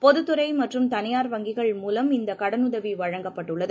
பொதுதுறைமற்றம் தளியார் வங்கிகள் மூலம் இந்தகடனுதவிவழங்கப்பட்டுள்ளது